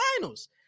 finals